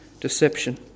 deception